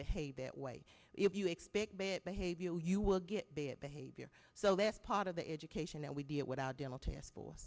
behave that way if you expect behavioral you will get bad behavior so that part of the education that we do it without dental tests for